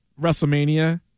WrestleMania